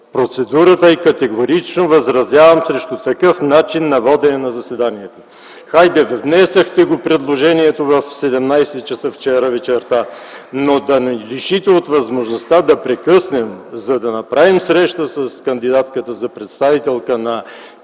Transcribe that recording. Процедурата е, че категорично възразявам срещу такъв начин на водене на заседанието. Хайде, внесохте предложението вчера в 17,00 ч. вечерта, но да ни лишите от възможността да прекъснем, за да направим среща с кандидатката за представител на